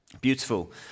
Beautiful